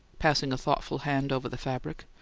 passing a thoughtful hand over the fabric.